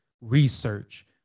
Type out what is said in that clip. research